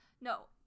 no